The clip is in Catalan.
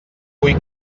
vull